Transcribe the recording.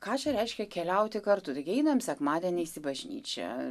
ką čia reiškia keliauti kartu taigi einam sekmadieniais į bažnyčią